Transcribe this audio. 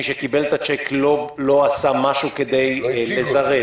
מי שקיבל את הצ'ק לא עשה משהו כדי לזרז,